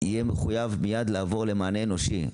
יהיה מחויב מיד לעבור למענה אנושי.